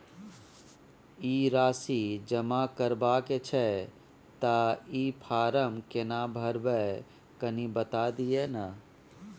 ई राशि जमा करबा के छै त ई फारम केना भरबै, कनी बता दिय न?